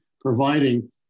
providing